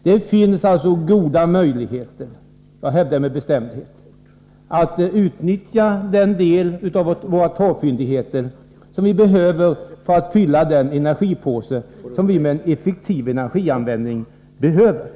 : Det finns alltså goda möjligheter — det hävdar jag med bestämdhet — att utnyttja den del av våra torvfyndigheter som fordras för att vi skall kunna fylla den energipåse som vi med en effektiv energianvändning behöver.